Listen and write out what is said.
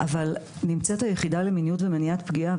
אבל נמצאת היחידה למיניות ומניעת פגיעה,